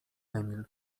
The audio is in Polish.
emil